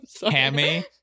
hammy